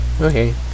Okay